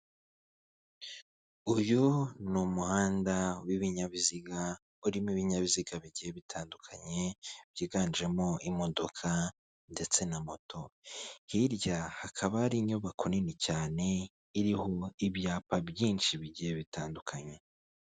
Uyu ni umuhanda w'ibinyabiziga urimo ibinyabiziga bigiye bitandukanye, byiganjemo imodoka ndetse na moto, hirya hakaba hari inyubako nini cyane, iriho ibyapa byinshi bigiye bitandukanye.